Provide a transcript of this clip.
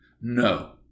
No